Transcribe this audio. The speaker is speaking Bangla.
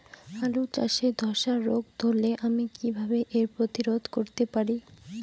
আলু চাষে ধসা রোগ ধরলে আমি কীভাবে এর প্রতিরোধ করতে পারি?